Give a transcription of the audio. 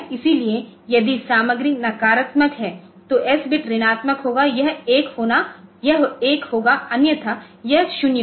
इसलिए यदि सामग्री नकारात्मक है तो S बिट ऋणात्मक होगा यह 1 होगा अन्यथा यह 0 होगा